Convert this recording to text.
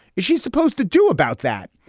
is she supposed to do about that?